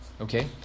Okay